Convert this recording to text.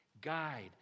Guide